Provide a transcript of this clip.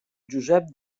josep